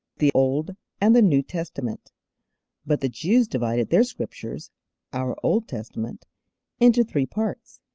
the old and the new testament but the jews divided their scriptures our old testament into three parts,